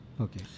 Okay